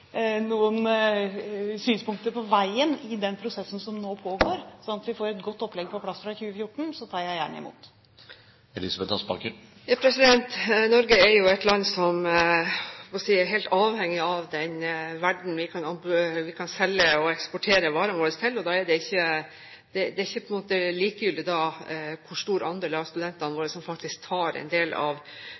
noen synspunkter på veien i den prosessen som nå pågår, slik at vi får et godt opplegg på plass fra 2014, tar jeg gjerne imot det. Norge er jo et land som – jeg holdt på å si – er helt avhengig av den verden vi kan selge og eksportere varene våre til. Det er ikke da likegyldig hvor stor andel av studentene våre som faktisk tar en del av